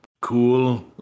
cool